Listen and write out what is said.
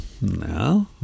No